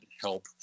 help